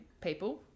people